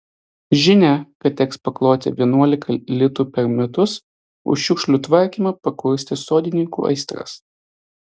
žinia kad teks pakloti vienuolika litų per metus už šiukšlių tvarkymą pakurstė sodininkų aistras